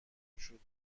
گشود